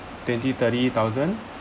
twenty thirty thousand